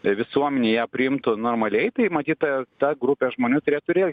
visuomenė ją priimtų normaliai tai matyt ta grupė žmonių turėtų ir elgtis